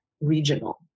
regional